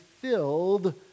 filled